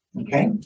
Okay